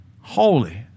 Holy